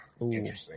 interesting